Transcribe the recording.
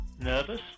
nervous